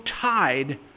tied